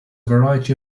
variety